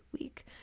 week